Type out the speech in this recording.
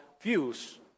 views